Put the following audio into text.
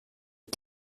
que